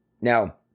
Now